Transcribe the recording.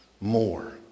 more